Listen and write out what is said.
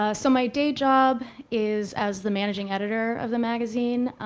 ah so my day job is as the managing editor of the magazine.